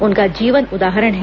उनका जीवन उदाहरण है